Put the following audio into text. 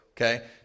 okay